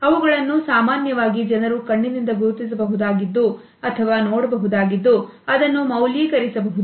ಅವುಗಳನ್ನು ಸಾಮಾನ್ಯವಾಗಿ ಜನರು ಕಣ್ಣಿನಿಂದ ಗುರುತಿಸಬಹುದಾಗಿದ್ದು ಅಥವಾ ನೋಡಬಹುದಾಗಿದ್ದು ಅದನ್ನು ಮೌಲ್ಯೀಕರಿಸಬಹುದು